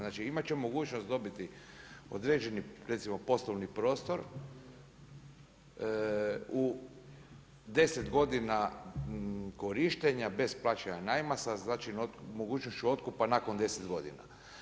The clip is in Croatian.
Znači imat će mogućnost dobiti određeni recimo poslovni prostor u deset godina korištenja, bez plaćanja najma sa mogućnošću otkupa nakon deset godina.